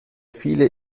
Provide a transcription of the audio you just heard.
viele